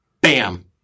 bam